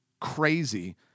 crazy